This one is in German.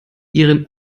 ihren